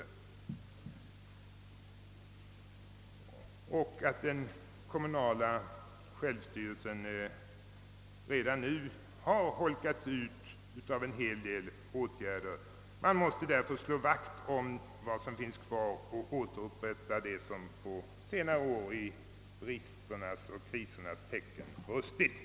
Det sades också att den kommunala självstyrelsen redan nu urholkats genom en hel del åtgärder. Man måste därför slå vakt om vad som finns kvar och återställa vad som på senare år i bristernas och krisernas tecken gått förlorat.